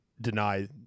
deny